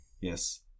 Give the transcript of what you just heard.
Yes